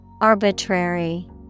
Arbitrary